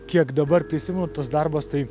kiek dabar prisimenu tas darbas tai